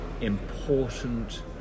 important